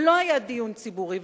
ולא היה דיון ציבורי,